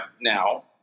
now